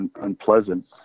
unpleasant